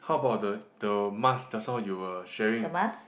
how about the the marks just now you were sharing